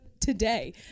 today